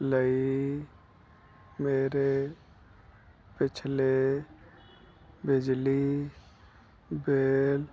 ਲਈ ਮੇਰੇ ਪਿਛਲੇ ਬਿਜਲੀ ਬਿਲ